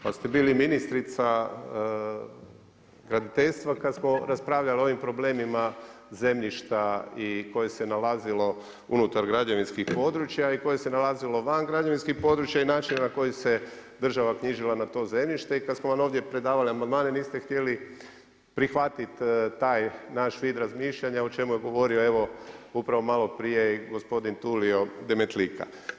Kada ste bili ministrica graditeljstva kada smo raspravljali o ovim problemima zemljišta i koje se nalazilo unutar građevinskih područja i koje se nalazilo van građevinskih područja i načina na koji se država knjižila na to zemljište i kada smo vam ovdje predavali amandmane niste htjeli prihvatiti taj naš vid razmišljanja o čemu je govorio evo upravo malo prije i gospodin Tulio Demetlika.